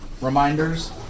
reminders